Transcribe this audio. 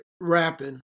rapping